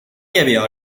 列表